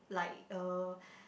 like uh